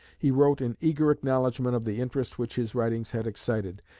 he wrote in eager acknowledgment of the interest which his writings had excited,